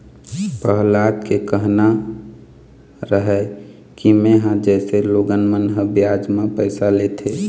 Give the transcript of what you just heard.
पहलाद के कहना रहय कि मेंहा जइसे लोगन मन ह बियाज म पइसा लेथे,